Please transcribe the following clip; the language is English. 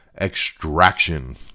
Extraction